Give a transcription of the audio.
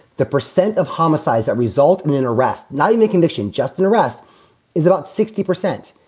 the percent of homicide that result in an arrest. now, you may condition just an arrest is about sixty percent.